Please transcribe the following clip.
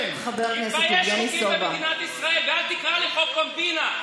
אל תקרא לחוק במדינה "קומבינה".